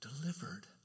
delivered